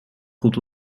goed